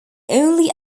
only